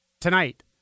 tonight